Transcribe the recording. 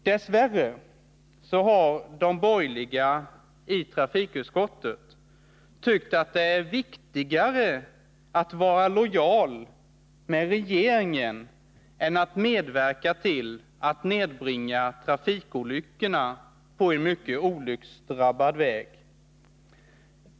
Dess värre har de borgerliga i trafikutskottet tyckt att det är viktigare att vara lojal mot regeringen än att medverka till att nedbringa antalet trafikolyckor på en mycket olycksdrabbad väg.